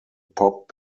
pop